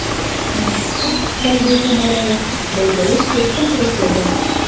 namuose valgių kamaroje baigia ūžti centrifuga